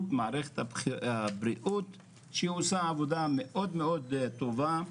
מערכת הבריאות שעושה עבודה מאוד מאוד טובה,